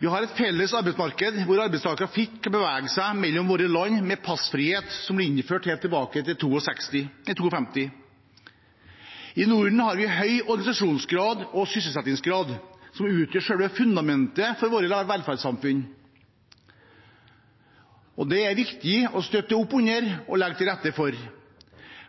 Vi har et felles arbeidsmarked hvor arbeidstakere fritt kan bevege seg mellom våre land med passfriheten som ble innført helt tilbake i 1952. I Norden har vi høy organisasjonsgrad og sysselsettingsgrad, som utgjør selve fundamentet for våre velferdssamfunn. Det er det er viktig å støtte opp under og legge til rette for.